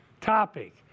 topic